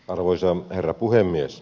arvoisa herra puhemies